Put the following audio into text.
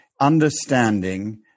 understanding